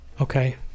okay